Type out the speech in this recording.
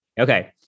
okay